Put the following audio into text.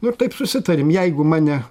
nu ir taip susitarėm jeigu mane